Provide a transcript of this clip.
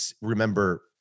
remember